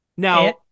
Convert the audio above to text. Now